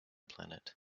planet